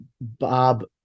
Bob